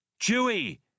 Chewie